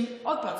עוד פעם,